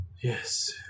Yes